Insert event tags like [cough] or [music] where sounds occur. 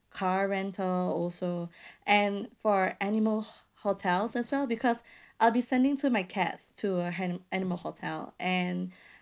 car rental also [breath] and for animal ho~ hotels as well because [breath] I'll be sending two of my cats to a ani~ animal hotel and [breath]